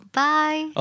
bye